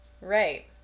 right